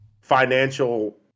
financial